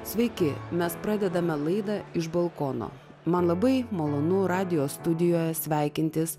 sveiki mes pradedame laida iš balkono man labai malonu radijo studijoje sveikintis